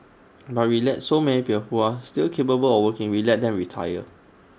but we let so many people who are still capable of working we let them retire